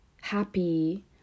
happy